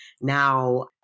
Now